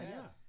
Yes